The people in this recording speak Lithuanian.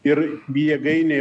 ir jėgainėj